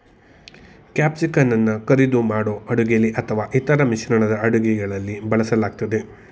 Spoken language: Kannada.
ಕ್ಯಾಪ್ಸಿಕಂಅನ್ನ ಕರಿದು ಮಾಡೋ ಅಡುಗೆಲಿ ಅಥವಾ ಇತರ ಮಿಶ್ರಣದ ಅಡುಗೆಗಳಲ್ಲಿ ಬಳಸಲಾಗ್ತದೆ